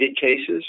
cases